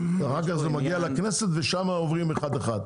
אחר כך זה מגיע לכנסת ושם עוברים אחד אחד.